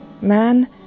Man